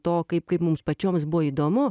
to kaip kaip mums pačioms buvo įdomu